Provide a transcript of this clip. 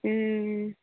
हूँ